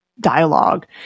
dialogue